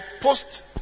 post